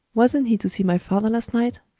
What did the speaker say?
wasn't he to see my father last night?